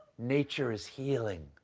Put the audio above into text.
nature is healing.